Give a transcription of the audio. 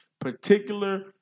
particular